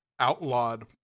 outlawed